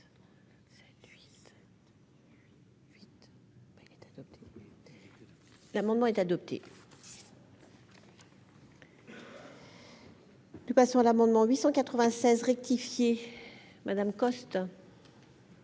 L'amendement est adopté. Nous passons à l'amendement 896 rectifié Madame Coste.